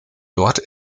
dort